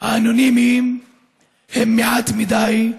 האנונימיים הם מעט מדי,